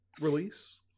release